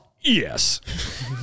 yes